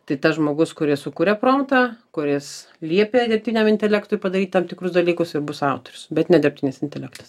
tai tas žmogus kuris sukurė promptą kuris liepė dirbtiniam intelektui padaryt tam tikrus dalykus ir bus autorius bet ne dirbtinis intelektas